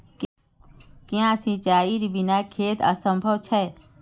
क्याँ सिंचाईर बिना खेत असंभव छै?